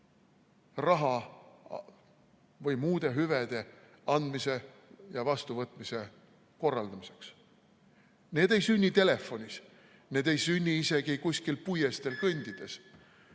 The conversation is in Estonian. raha või muude hüvede andmise ja vastuvõtmise korraldamiseks. Need ei sünni telefonis, need ei sünni isegi kuskil puiesteel kõndides.